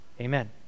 Amen